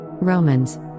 romans